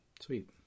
Sweet